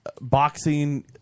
Boxing